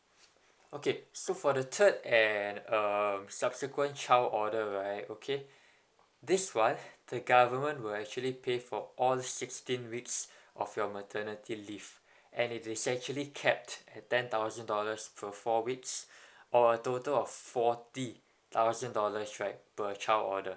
okay so for the third and uh subsequent child order right okay this one the government will actually pay for all sixteen weeks of your maternity leave and it is actually capped at ten thousand dollars for four weeks or a total of forty thousand dollars right per child order